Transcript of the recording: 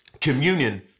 Communion